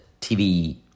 TV